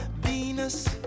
Venus